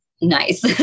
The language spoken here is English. nice